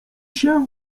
się